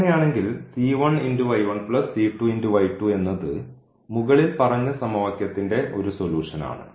അങ്ങനെയാണെങ്കിൽ എന്നത് മുകളിൽ പറഞ്ഞ സമവാക്യത്തിന്റെ ഒരു സൊലൂഷൻ ആണ്